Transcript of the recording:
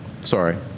Sorry